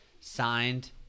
signed